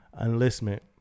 enlistment